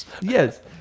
Yes